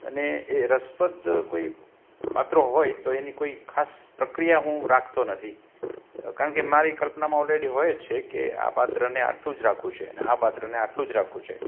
અને એ રસપ્રદ કોઈ પાત્ર હોય તો એની કોઈ ખાસ પ્રક્રિયા હું રાખતો નથી કારણ કે મારી કલ્પનામાં ઓલરેડી હોય જ છે કે આ પાત્રને આટલું જ રાખવું છે અને આ પાત્રને આટલું જ રાખવું છે